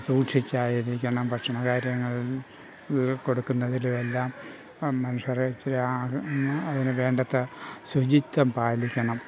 സൂക്ഷിച്ചായിരിക്കണം ഭക്ഷണ കാര്യങ്ങൾ കൊടുക്കുന്നതിലും എല്ലാം മനുഷ്യരേ അതിനു വേണ്ടത്തക്ക ശുചിത്വം പാലിക്കണം